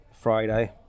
Friday